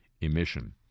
emission